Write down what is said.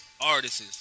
artists